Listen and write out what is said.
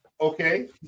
okay